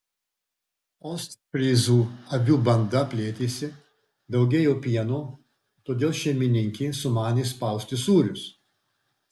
ostfryzų avių banda plėtėsi daugėjo pieno todėl šeimininkė sumanė spausti sūrius